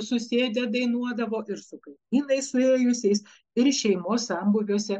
susėdę dainuodavo ir su kaimynais suėjusiais ir šeimos sambūriuose